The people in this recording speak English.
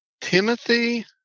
Timothy